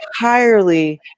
entirely